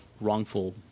wrongful